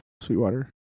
sweetwater